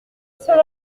seul